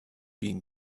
been